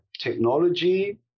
technology